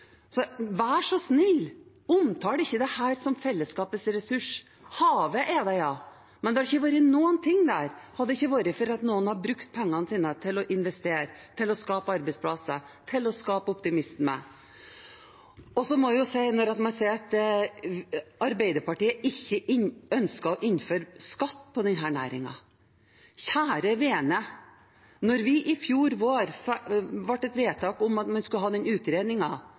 Så vær så snill å ikke omtale dette som fellesskapets ressurser. Havet er det, ja, men det hadde ikke vært noe der hvis det ikke hadde vært for at noen hadde brukt pengene sine til å investere, skape arbeidsplasser og skape optimisme. Man sier at Arbeiderpartiet ikke ønsker å innføre skatt på denne næringen. Kjære vene! Da det i fjor vår ble fattet et vedtak om at man skulle ha